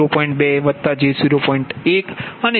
3અને ત્યાં j0